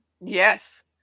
Yes